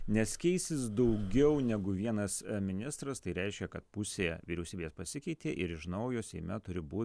nes keisis daugiau negu vienas ministras tai reiškia kad pusė vyriausybės pasikeitė ir iš naujo seime turi būt